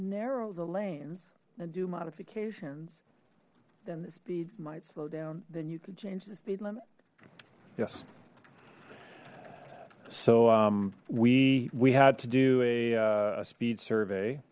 narrow the lanes and do modifications then the speeds might slow down then you could change the speed limit yes so we we had to do a speed survey